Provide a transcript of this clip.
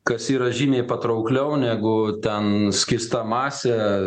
kas yra žymiai patraukliau negu ten skysta masė